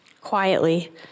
quietly